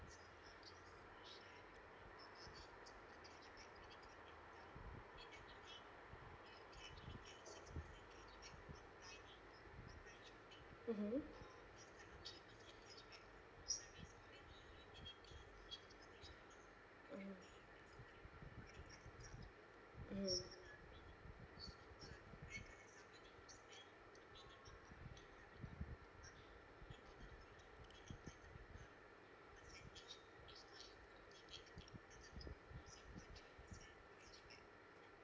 mmhmm mm mm